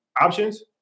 Options